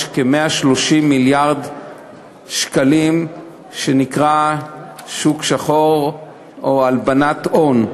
יש כ-130 מיליארד שקלים במה שנקרא שוק שחור או הלבנת הון.